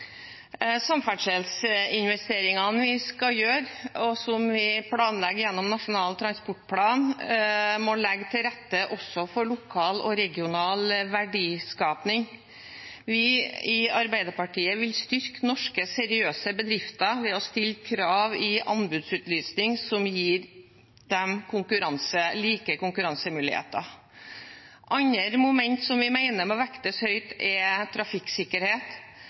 Samferdselsinvesteringene vi skal gjøre, og som vi planlegger gjennom Nasjonal transportplan, må også legge til rette for lokal og regional verdiskaping. Vi i Arbeiderpartiet vil styrke norske, seriøse bedrifter ved å stille krav i anbudsutlysning som gir dem like konkurransemuligheter. Andre momenter som vi mener må vektes høyt, er trafikksikkerhet,